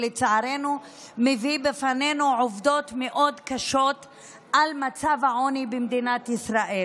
שלצערנו מביא בפנינו עובדות מאוד קשות על מצב העוני במדינת ישראל,